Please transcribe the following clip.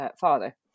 father